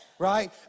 right